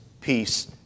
peace